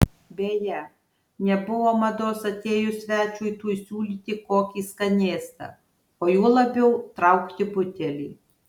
beje nebuvo mados atėjus svečiui tuoj siūlyti kokį skanėstą o juo labiau traukti butelį